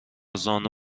زانو